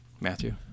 Matthew